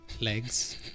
legs